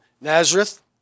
nazareth